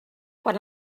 quan